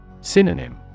Synonym